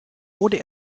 wurde